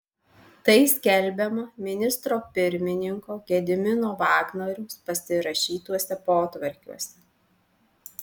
tai skelbiama ministro pirmininko gedimino vagnoriaus pasirašytuose potvarkiuose